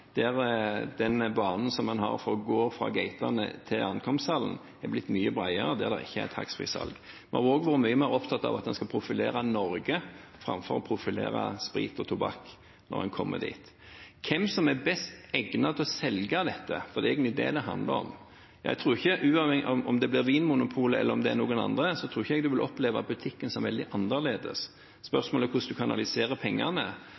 der den banen som en har for å gå fra gatene til ankomsthallen, er blitt mye bredere der det ikke er taxfree-salg. Vi har også vært mye mer opptatt av at en skal profilere Norge framfor å profilere sprit og tobakk når en kommer dit. Når det gjelder hvem som er best egnet til å selge dette, for det er egentlig det dette handler om: Uavhengig av om det blir Vinmonopolet, eller om det blir noen andre, tror jeg ikke en vil oppleve butikken som veldig annerledes. Spørsmålet er hvordan en kanaliserer pengene.